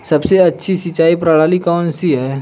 सबसे अच्छी सिंचाई प्रणाली कौन सी है?